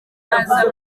aza